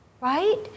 right